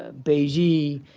ah baiji,